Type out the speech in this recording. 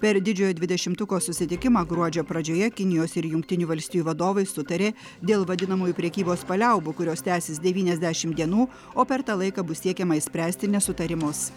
per didžiojo dvidešimtuko susitikimą gruodžio pradžioje kinijos ir jungtinių valstijų vadovai sutarė dėl vadinamųjų prekybos paliaubų kurios tęsis devyniasdešim dienų o per tą laiką bus siekiama išspręsti nesutarimus